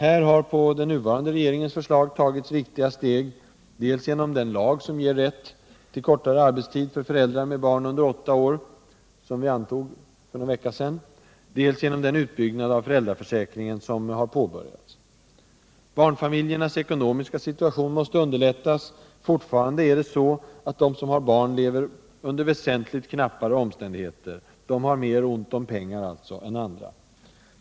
Här har på den nuvarande regeringens förslag tagits viktiga steg, dels genom den lag som riksdagen antog för någon vecka sedan och som ger rätt till kortare arbetstid för föräldrar med barn under åtta år, dels genom den utbyggnad av föräldraförsäkringen som har påbörjats. 3 Barnfamiljernas ekonomiska situation måste underlättas. Fortfarande lever de som har barn under väsentligt knappare omständigheter. De har mer ont om pengar än andra.